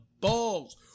balls